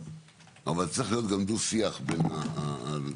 אבל צריך להיות גם דו שיח בין הצדדים.